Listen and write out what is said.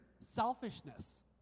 selfishness